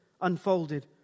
unfolded